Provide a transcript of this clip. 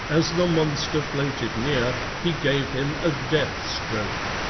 as the monster floated near he gave him a death stroke.